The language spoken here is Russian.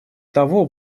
того